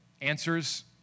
answers